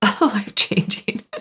life-changing